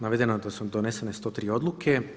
Navedeno je da su donesene 103 odluke.